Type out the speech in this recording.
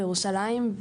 בירושלים,